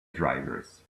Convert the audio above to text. drivers